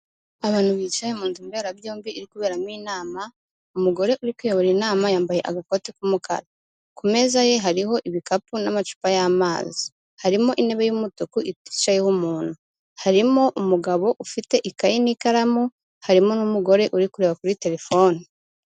Abantu bicaye mu nzu mberabyombi iri kuberamo inama, umugore uri kuyobora inama yambaye agakote ku mukara, ku meza ye hariho ibikapu n'amacupa y'amazi, harimo intebe y'umutuku iticayeho umuntu, harimo umugabo ufite ikaye n'ikaramu, harimo n'umugore uri kureba kuri telefoni.